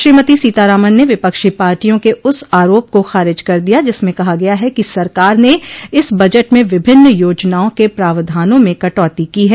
श्रीमती सीतारामन ने विपक्षी पार्टियों के उस आरोप को खारिज कर दिया जिसमें कहा गया है कि सरकार ने इस बजट में विभिन्न योजनाओं के प्रावधानों में कटौती की है